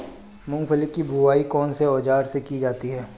मूंगफली की बुआई कौनसे औज़ार से की जाती है?